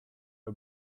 her